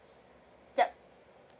yup